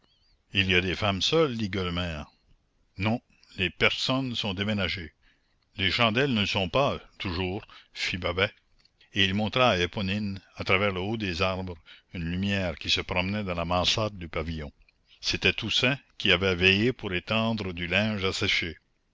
il y a des femmes seules dit gueulemer non les personnes sont déménagées les chandelles ne le sont pas toujours fit babet et il montra à éponine à travers le haut des arbres une lumière qui se promenait dans la mansarde du pavillon c'était toussaint qui avait veillé pour étendre du linge à sécher